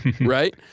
right